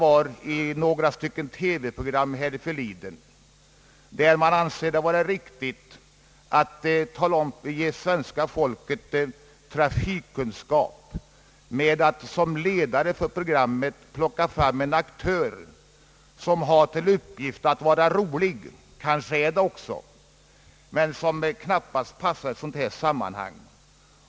Jo, i ett TV-program härför leden hade man ansett sig böra ge svenska folket trafikkunskap genom att som ledare för programmet plocka fram en aktör som har till uppgift att vara rolig — och kanske också är det — men som knappast passar i ett sådant här sammanhang.